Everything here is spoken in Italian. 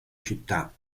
città